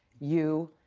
you,